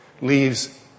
leaves